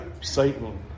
Satan